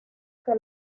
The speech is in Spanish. que